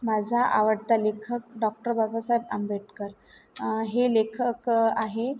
माझा आवडता लेखक डॉक्टर बाबासाहेब आंबेडकर हे लेखक आहे